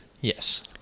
Yes